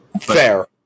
Fair